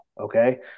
Okay